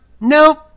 nope